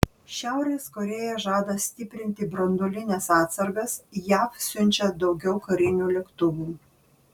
šiaurės korėja žada stiprinti branduolines atsargas jav siunčia daugiau karinių lėktuvų